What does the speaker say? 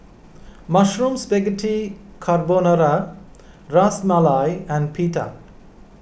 Mushroom Spaghetti Carbonara Ras Malai and Pita